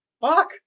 fuck